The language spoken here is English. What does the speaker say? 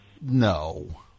No